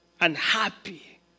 unhappy